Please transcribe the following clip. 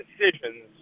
decisions